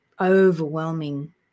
overwhelming